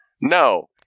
No